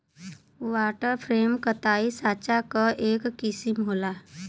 water frame कताई साँचा क एक किसिम होला